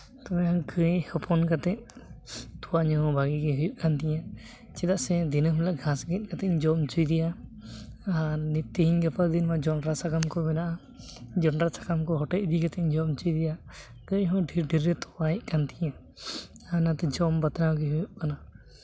ᱜᱟᱹᱭ ᱦᱚᱯᱚᱱ ᱠᱟᱛᱮ ᱛᱳᱣᱟ ᱧᱩ ᱦᱚᱸ ᱵᱷᱟᱜᱮ ᱜᱮ ᱦᱩᱭᱩᱜ ᱠᱟᱱ ᱛᱤᱧᱟᱹ ᱪᱮᱫᱟᱜ ᱥᱮ ᱫᱤᱱᱟᱹᱢ ᱦᱤᱞᱳᱜ ᱜᱷᱟᱥ ᱜᱮᱛ ᱠᱟᱛᱮᱧ ᱡᱚᱢ ᱦᱚᱪᱚᱭᱮᱭᱟ ᱟᱨ ᱛᱮᱦᱮᱧ ᱜᱟᱯᱟ ᱫᱤᱱ ᱢᱟ ᱡᱚᱸᱰᱨᱟ ᱥᱟᱠᱟᱢ ᱠᱚ ᱢᱮᱱᱟᱜᱼᱟ ᱡᱚᱱᱰᱨᱟ ᱥᱟᱠᱟᱢ ᱠᱚ ᱦᱮᱴᱮᱡ ᱤᱫᱤ ᱠᱟᱛᱮᱧ ᱡᱚᱢ ᱦᱚᱪᱚᱭᱮᱭᱟ ᱜᱟᱹᱭ ᱦᱚᱸ ᱰᱷᱮᱨ ᱰᱷᱮᱨ ᱮ ᱛᱳᱣᱟᱭᱮᱜ ᱠᱟᱱ ᱛᱤᱧᱟᱹ ᱟᱨ ᱚᱱᱟᱛᱮ ᱡᱚᱢ ᱵᱟᱛᱨᱟᱣ ᱜᱮ ᱦᱩᱭᱩᱜ ᱠᱟᱱᱟ